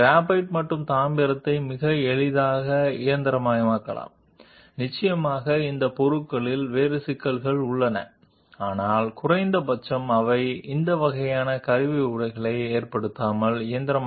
graphite మరియు రాగిని చాలా తేలికగా తయారు చేయవచ్చు వాస్తవానికి ఈ పదార్థాలతో ఇతర సమస్యలు ఉన్నాయి కానీ కనీసం ఆ రకమైన టూల్ వేర్ను కలిగించకుండానే అవి మెషిన్ చేయగలవు